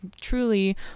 truly